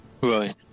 Right